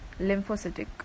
lymphocytic